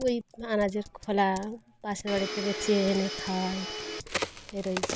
ওই আনাজের খোলা পাশের বাড়ি থেকে চেয়ে এনে খাওয়ায় ফের ওই